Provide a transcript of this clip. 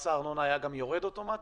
האם מס הארנונה היה גם יורד אוטומטית